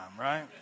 right